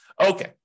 Okay